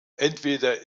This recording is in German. entweder